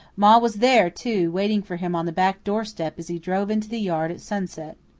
ma was there, too, waiting for him on the back door-step as he drove into the yard at sunset.